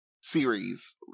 series